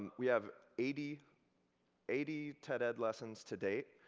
we have eighty eighty ted-ed lessons to date.